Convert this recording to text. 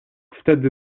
wtedy